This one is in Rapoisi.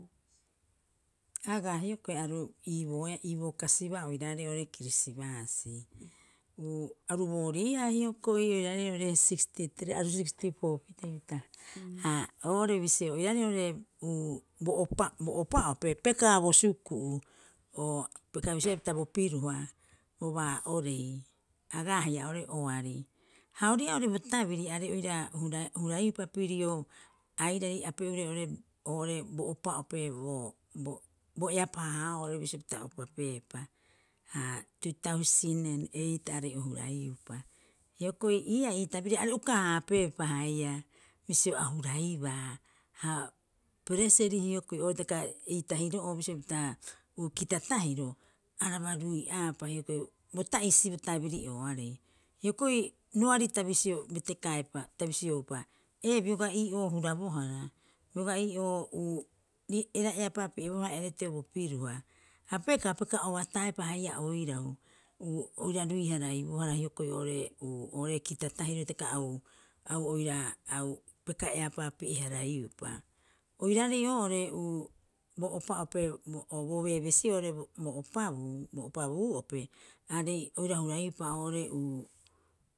Agaa hioko'i aru iibooea iiboo kasibaa oiraarei oo'ore kirisibaasi aru booriia hioko'i oiraarei sigstitrii aru sigstipoo pitee ta. Haa oo'ore bisio, oiraarei uu bo opa- bo opa'ope pekaa bo suku'uu oo peka bisioea pita bo piruha, bo baa'orei, agaa haia oo'ore oari. Ha ori'ii'aa oo'ore bo tabiri aarei oira hura- huraiupa pirio airari ape'ure oo'ore- oo'ore bo opa'ope bo bo eapaaha'oo bisio pita opapeepa. Ha tuutausen en eit aarei o huraiupa, hiokoi ii'aa ii tabiriri are uka haapeepa haia bisio a hurabai haa pereseri hiokoi oo'ore hitaka ei tahiro'oo bisio pita kita tahiro araba rui'aapa hiokoi bo ta'isi bo tabiri'ooarei. Hiokoi roari ta bisio betekaaepa, ta bisioupa ee, bioga ii'oo hurabohara bioga ii'oo ereira eapaapi'ebohara ereteo bo piruha ha pekaa, peka obataepa haia oiraau uu oira rui- haraibohara hiokoi oo'ore uu oo'ore kita tahiro hitaka au- au oira au pekaa eapaapi'eharaaiupa. Oiraarei oo'ore bo opa'ope oo bo beebesi'oo oo'ore bo opabuu bo opabuu'ope aarei oira huraiupa oo'ore